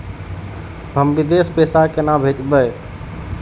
हम विदेश पैसा केना भेजबे?